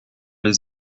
les